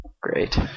Great